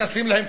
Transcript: ותשים להם,